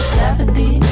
seventy